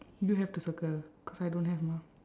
you have to circle cause I don't have mah